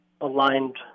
aligned